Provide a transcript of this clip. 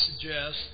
suggest